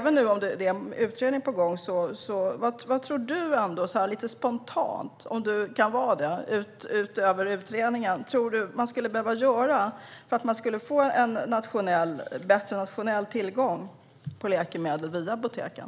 Nu är det en utredning på gång, men vad tror du utöver det? Kan du säga något lite spontant? Vad tror du att man skulle behöva göra för att nationellt få en bättre tillgång till läkemedel via apoteken?